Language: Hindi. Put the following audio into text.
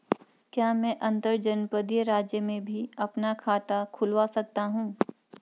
क्या मैं अंतर्जनपदीय राज्य में भी अपना खाता खुलवा सकता हूँ?